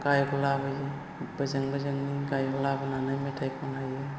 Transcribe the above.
गायक लाबोयो बोजों बोजोंनि गायक लाबोनानै मेथाइ खनहोयो